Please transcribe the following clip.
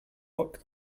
work